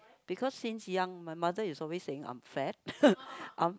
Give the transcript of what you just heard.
because since young my mother is always saying I'm fat I'm